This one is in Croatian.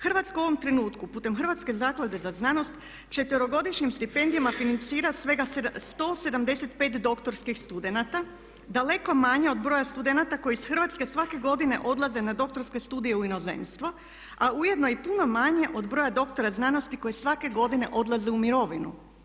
Hrvatska u ovom trenutku putem Hrvatske zaklade za znanost četverogodišnjim stipendijama financira svega 175 doktorskih studenata, daleko manje od broja studenata koji iz Hrvatske svake godine odlaze na doktorske studije u inozemstvo, a ujedno i puno manje od broja doktora znanosti koji svake godine odlaze u mirovinu.